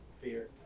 Fear